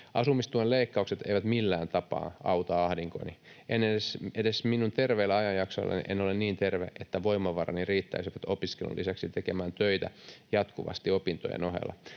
Asumistuen leikkaukset eivät millään tapaa auta ahdinkoani. Edes minun terveillä ajanjaksoillani en ole niin terve, että voimavarani riittäisivät opiskelun lisäksi tekemään töitä jatkuvasti opintojen ohella.